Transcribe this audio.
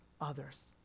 others